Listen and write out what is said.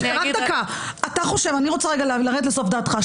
אני רוצה לרדת לסוף דעתך.